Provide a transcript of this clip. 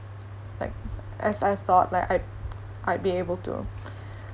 like as I thought like I'd I'd be able to